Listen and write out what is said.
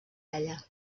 ella